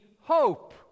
hope